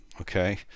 Okay